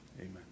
amen